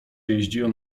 jeździłem